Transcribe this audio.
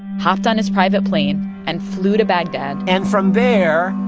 hopped on his private plane and flew to baghdad and from there,